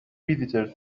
visitors